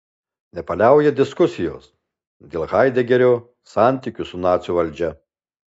nepaliauja diskusijos dėl haidegerio santykių su nacių valdžia